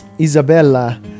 Isabella